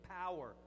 power